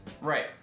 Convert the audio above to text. right